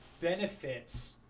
benefits